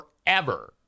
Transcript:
forever